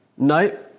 No